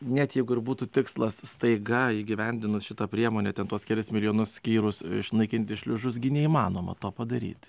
net jeigu ir būtų tikslas staiga įgyvendinus šitą priemonę ten tuos kelis milijonus skyrus išnaikinti šliužus gi neįmanoma to padaryt